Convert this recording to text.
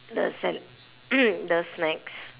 the cen~ the snacks